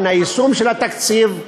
מן היישום של התקציב: